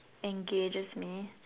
engages me